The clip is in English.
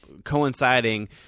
Coinciding